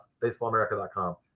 baseballamerica.com